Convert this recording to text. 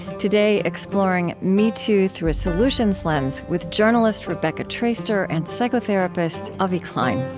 today, exploring metoo through a solutions lens, with journalist rebecca traister and psychotherapist avi klein